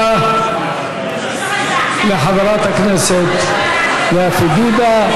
תודה לחברת הכנסת לאה פדידה.